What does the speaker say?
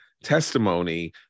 testimony